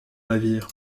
navire